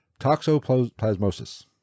toxoplasmosis